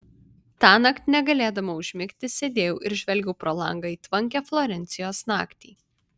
tąnakt negalėdama užmigti sėdėjau ir žvelgiau pro langą į tvankią florencijos naktį